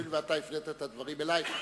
הואיל ואתה הפנית את הדברים אלי,